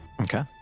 Okay